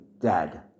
dead